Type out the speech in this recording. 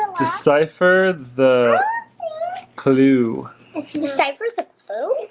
deciphered the clue decipher the